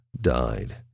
died